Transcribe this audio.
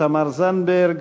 תמר זנדברג.